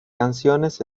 canciones